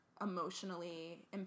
emotionally